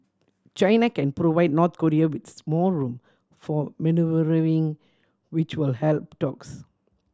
China can provide North Korea with more room for manoeuvring which will help talks